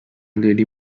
lady